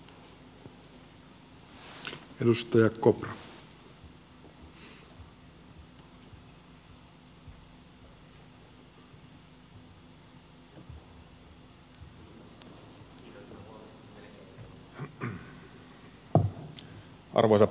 arvoisa puhemies